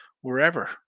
wherever